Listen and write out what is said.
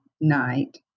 night